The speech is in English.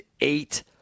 eight